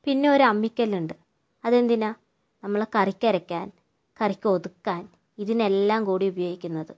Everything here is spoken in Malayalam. പിന്നൊരമ്മിക്കല്ലുണ്ട് അതെന്തിനാണ് നമ്മള് കറിക്കരയ്ക്കാൻ കറിക്കൊതുക്കാൻ ഇതിനെല്ലാം കൂടി ഉപയോഗിക്കുന്നത്